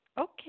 Okay